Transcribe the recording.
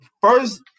first